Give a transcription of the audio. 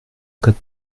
code